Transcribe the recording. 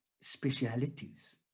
specialities